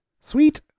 Sweet